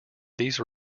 these